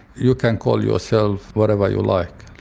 you can call yourself whatever you like.